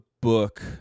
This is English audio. book